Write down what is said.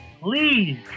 please